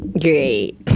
Great